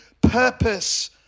purpose